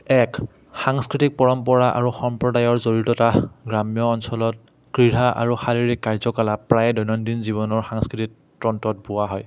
এক সাংস্কৃতিক পৰম্পৰা আৰু সম্প্ৰদায়ৰ জড়িততা গ্ৰাম্য অঞ্চলত ক্ৰীড়া আৰু শাৰীৰিক কাৰ্যকলাপ প্ৰায় দৈনন্দিন জীৱনৰ সাংস্কৃতিক তন্ত্ৰত বোৱা হয়